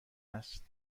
است